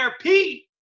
pete